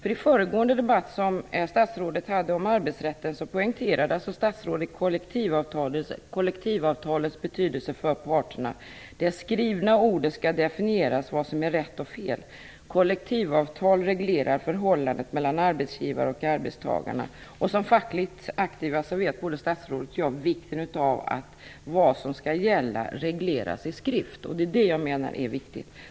I föregående debatt som statsrådet förde om arbetsrätten poängterade statsrådet kollektivavtalets betydelse för parterna. Det skrivna ordet skall definiera vad som är rätt och fel. Kollektivavtal reglerar förhållandet mellan arbetsgivare och arbetstagare. Som fackligt aktiva vet både statsrådet och jag vikten av att det som skall gälla regleras i skrift. Det är det jag menar är viktigt.